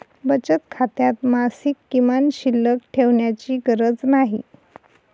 बचत खात्यात मासिक किमान शिल्लक ठेवण्याची गरज नाही